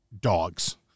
Dogs